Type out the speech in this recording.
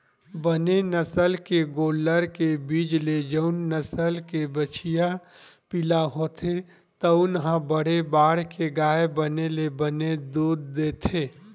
बने नसल के गोल्लर के बीज ले जउन नसल के बछिया पिला होथे तउन ह बड़े बाड़के गाय बने ले बने दूद देथे